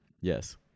Yes